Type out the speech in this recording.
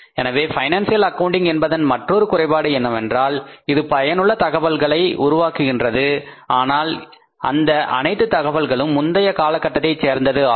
எனவே financial accounting என்பதன் மற்றொரு குறைபாடு என்னவென்றால் இது பயனுள்ள தகவல்களை உருவாக்குகின்றது ஆனால் அந்த அனைத்து தகவல்களும் முந்தைய காலகட்டத்தைச் சேர்ந்தது ஆகும்